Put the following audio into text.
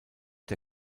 der